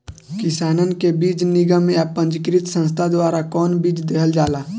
किसानन के बीज निगम या पंजीकृत संस्था द्वारा कवन बीज देहल जाला?